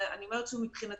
אני אומרת שמבחינתנו,